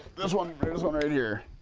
this one right here.